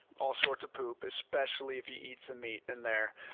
all sorts of poop. especially if you eat some meat in there.